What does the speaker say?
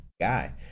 Guy